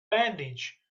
bandage